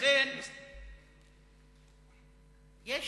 לכן יש